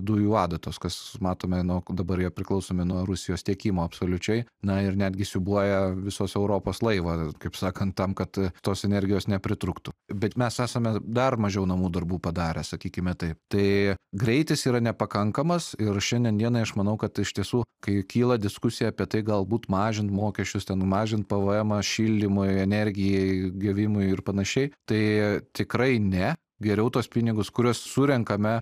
dujų adatos kas matome nu k dabar jie priklausomi nuo rusijos tiekimo absoliučiai na ir netgi siūbuoja visos europos laivą kaip sakant tam kad tos energijos nepritrūktų bet mes esame dar mažiau namų darbų padarę sakykime tai tai greitis yra nepakankamas ir šiandien dienai aš manau kad iš tiesų kai kyla diskusija apie tai galbūt mažint mokesčius ten mažint pvm ą šildymui energijai gevimui ir panašiai tai tikrai ne geriau tuos pinigus kuriuos surenkame